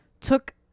took